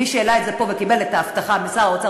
מי שהעלה את זה פה וקיבל את ההבטחה משר האוצר